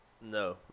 no